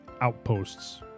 outposts